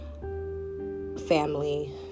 family